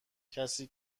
کسی